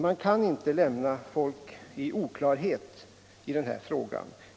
Man kan inte lämna folk i oklarhet i denna fråga.